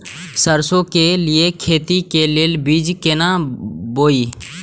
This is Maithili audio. सरसों के लिए खेती के लेल बीज केना बोई?